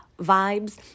vibes